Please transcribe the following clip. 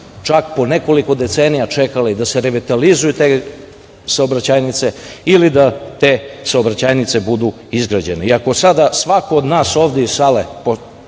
čak po nekoliko decenija čekali da se revitalizuju, te saobraćajnice ili da budu izgrađene. I ako sada svako od nas ovde iz sale